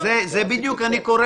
אנחנו רוצים